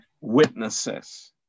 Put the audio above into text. witnesses